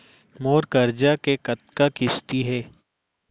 मोर करजा के कतका किस्ती हे?